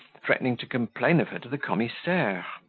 threatening to complain of her to the commissaire.